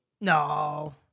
No